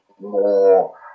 more